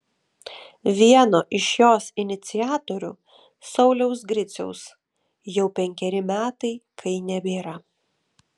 vieno iš jos iniciatorių sauliaus griciaus jau penkeri metai kai nebėra